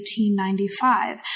1895